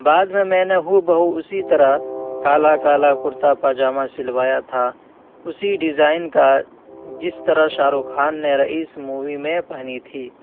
بعد میں میں نے ہو بہ ہو اسی طرح کالا کالا کرتا پاجامہ سلوایا تھا اسی ڈیزائن کا جس طرح شاہ رخ خان نے رئیس مووی میں پہنی تھی